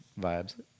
vibes